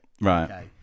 right